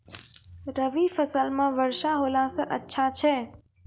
रवी फसल म वर्षा होला से अच्छा छै?